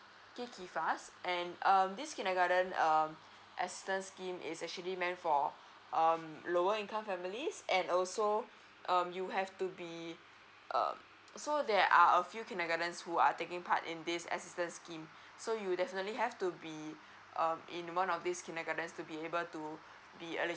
geeky FAS and um this kindergarten um assistance scheme is actually meant for um lower income families and also um you have to be um so there are a few kindergartens who are taking part in this assistance scheme so you definitely have to be um in one of these kindergarten to be able to be eligible